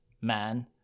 man